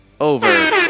over